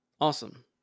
Awesome